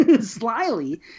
Slyly